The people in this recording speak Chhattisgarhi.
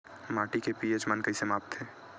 माटी के पी.एच मान कइसे मापथे?